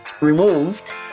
removed